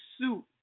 suit